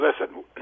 Listen